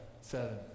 seven